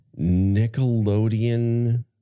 Nickelodeon